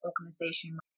organization